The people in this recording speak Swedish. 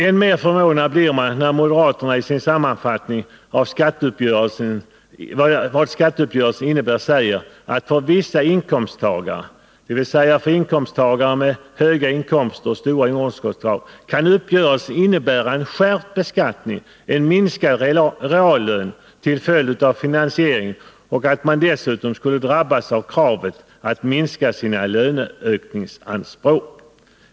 Än mer förvånande är det att moderaterna i sin sammanfattning av vad skatteuppgörelsen innebär säger att uppgörelsen för vissa inkomsttagare — dvs. för inkomsttagare med höga inkomster och stora underskottsavdrag — kan medföra skärpt skatt och minskad reallön till följd av finansieringen samt att de dessutom skulle drabbas av kravet att minska sina löneökningsanspråk.